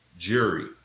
jury